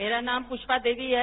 मेरा नाम प्रष्पा देवी है